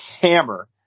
Hammer